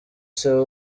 silver